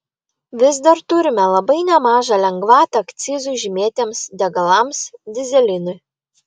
vis dar turime labai nemažą lengvatą akcizui žymėtiems degalams dyzelinui